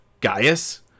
Gaius